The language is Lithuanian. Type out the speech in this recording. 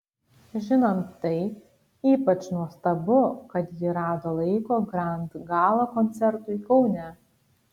žinant tai ypač nuostabu kad ji rado laiko grand gala koncertui kaune